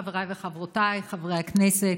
חבריי וחברותיי חברי הכנסת,